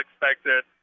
expected